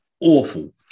awful